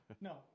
No